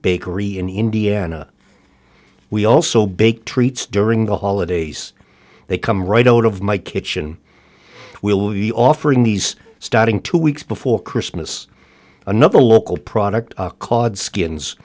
bakery in indiana we also bake treats during the holidays they come right out of my kitchen will you offering these starting two weeks before christmas another local product called skins